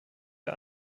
der